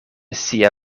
sia